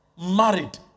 married